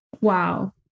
Wow